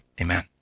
Amen